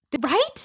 Right